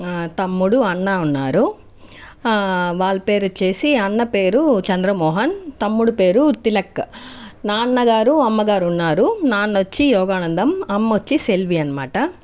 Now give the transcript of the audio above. తమ్ముడు అన్న ఉన్నారు వాళ్ళ పేర్లు వచ్చి అన్న పేరు చంద్రమోహన్ తమ్ముడి పేరు తిలక్ నాన్నగారు అమ్మగారు ఉన్నారు నాన్న వచ్చి యోగానందం అమ్మ వచ్చి సెల్వి అన్నమాట